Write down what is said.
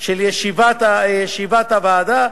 של הוועדה,